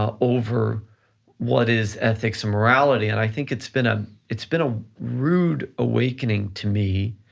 um over what is ethics and morality, and i think it's been ah it's been a rude awakening to me